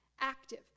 active